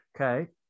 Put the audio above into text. Okay